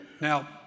Now